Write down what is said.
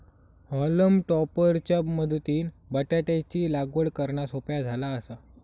हॉलम टॉपर च्या मदतीनं बटाटयाची लागवड करना सोप्या झाला आसा